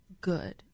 good